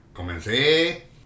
Comencé